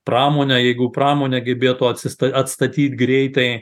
pramonė jeigu pramonę gebėtų atsista atstatyt greitai